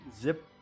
Zip